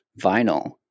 vinyl